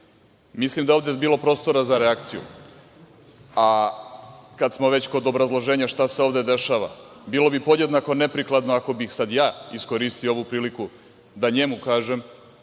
njoj. Mislim da je ovde bilo prostora za reakciju, a kad smo već kod obrazloženja šta se ovde dešava, bilo bi podjednako neprikladno ako bih sad ja iskoristio ovu priliku da njemu kažem